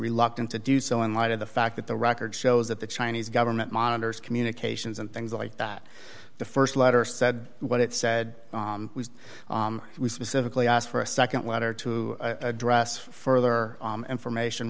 reluctant to do so in light of the fact that the record shows that the chinese government monitors communications and things like that the st letter said what it said was we specifically asked for a nd letter to address for their information